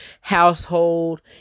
household